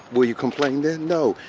will you complain then? no.